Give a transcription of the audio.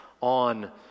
on